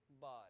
body